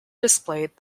displayed